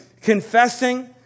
confessing